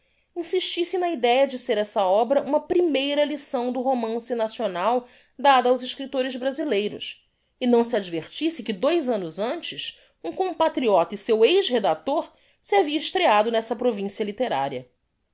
insistisse na idéa de ser essa obra uma primeira licção do romance nacional dada aos escriptores brasileiros e não se advertisse que dois annos antes um compatriota e seu ex redactor se havia estreado nessa provincia litteraria